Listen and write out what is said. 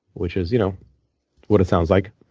which is you know what it sounds like.